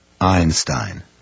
Einstein